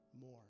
more